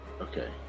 Okay